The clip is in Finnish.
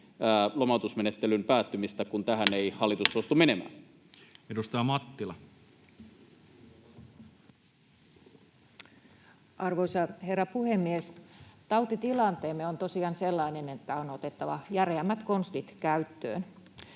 lomautusmenettelyn päättymistä, kun tähän ei hallitus suostu menemään. Edustaja Mattila. Arvoisa herra puhemies! Tautitilanteemme on tosiaan sellainen, että on otettava järeämmät konstit käyttöön.